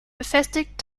befestigt